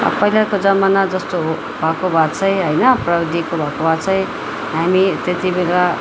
पहिलाको जमाना जस्तो हो भएको भए चाहिँ होइन प्रविधिको भएको भए चाहिँ हामी त्यति बेला